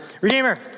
Redeemer